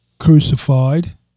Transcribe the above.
crucified